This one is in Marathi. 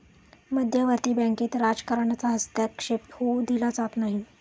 मध्यवर्ती बँकेत राजकारणाचा हस्तक्षेप होऊ दिला जात नाही